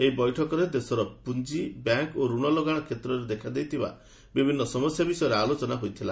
ଏହି ବୈଠକରେ ଦେଶର ପୁଞ୍ଜି ବ୍ୟାଙ୍କ୍ ଓ ଋଣ ଲଗାଣ କ୍ଷେତ୍ରରେ ଦେଖାଦେଇଥିବା ବିଭିନ୍ନ ସମସ୍ୟା ବିଷୟରେ ଆଲୋଚନା ହୋଇଥିଲା